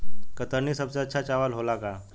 कतरनी सबसे अच्छा चावल होला का?